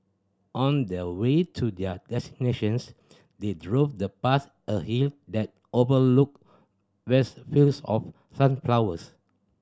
on their way to their destinations they drove the past a hill that overlooked vast fields of sunflowers